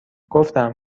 گفتم